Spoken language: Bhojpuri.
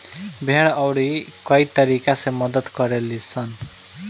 भेड़ अउरी कई तरीका से मदद करे लीसन